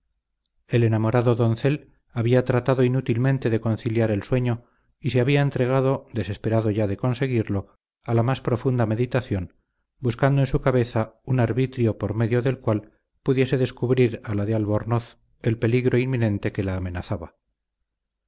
el enamorado doncel había tratado inútilmente de conciliar el sueño y se había entregado desesperado ya de conseguirlo a la más profunda meditación buscando en su cabeza un arbitrio por medio del cual pudiese descubrir a la de albornoz el peligro inminente que la amenazaba